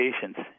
patients